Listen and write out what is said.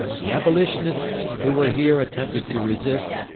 the abolitionists who were here attempted to resist,